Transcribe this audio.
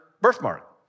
birthmark